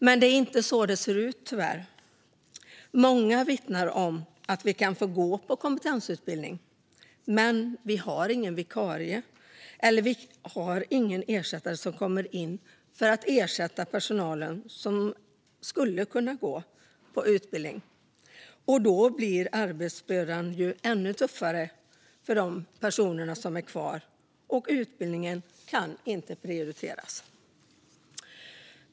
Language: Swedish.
Så här ser det tyvärr inte ut. Många vittnar om att de kan få gå på kompetensutbildning, men det finns inga vikarier eller ersättare som kommer in och täcker upp för den personal som hade kunnat gå på utbildning. Arbetsbördan blir därför ännu tuffare för de personer som är kvar, och utbildning kan inte prioriteras.